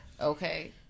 Okay